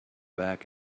back